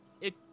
It-